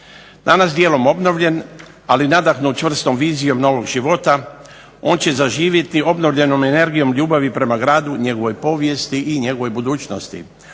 Danas dijelom obnovljen, ali nadahnut čvrstom vizijom novog života on će zaživiti obnovljenom energijom ljubavi prema gradu, njegovoj povijesti i njegovoj budućnosti.